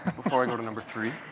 before i go to number three.